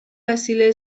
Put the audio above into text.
وسیله